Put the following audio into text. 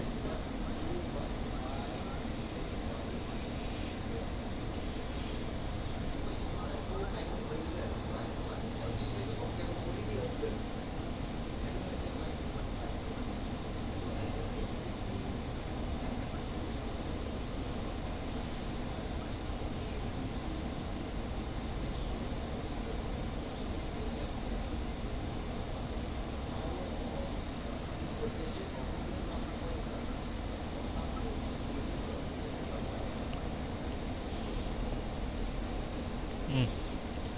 uh